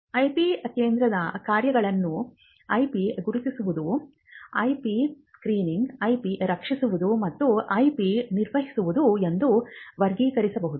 IP ಕೇಂದ್ರದ ಕಾರ್ಯಗಳನ್ನು IP ಗುರುತಿಸುವುದು ಐಪಿ ಸ್ಕ್ರೀನಿಂಗ್ ಐಪಿ ರಕ್ಷಿಸುವುದು ಮತ್ತು ಐಪಿ ನಿರ್ವಹಿಸುವುದು ಎಂದು ವರ್ಗೀಕರಿಸಬಹುದು